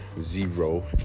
zero